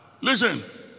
Listen